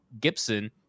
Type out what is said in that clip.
Gibson